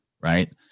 right